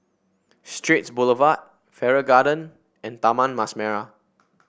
Straits Boulevard Farrer Garden and Taman Mas Merah